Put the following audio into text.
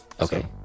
Okay